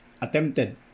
Attempted